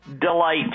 Delight